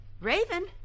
Raven